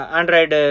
Android